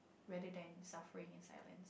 rather than suffering inside a man